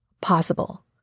possible